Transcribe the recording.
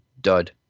dud